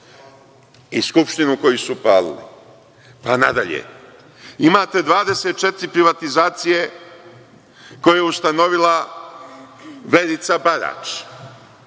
i Skupštinu koju su palili, pa nadalje. Imate 24 privatizacije koja je ustanovila Verica Barać,